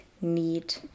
need